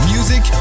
Music